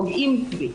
פוגעים בי.